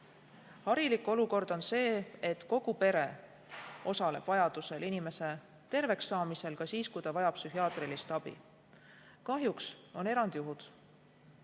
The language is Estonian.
Harilik olukord on see, et kogu pere osaleb inimese tervekssaamisel, ka siis, kui ta vajab psühhiaatrilist abi. Kahjuks on aga ka erandjuhte.